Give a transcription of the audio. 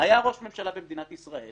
היה ראש ממשלה במדינת ישראל,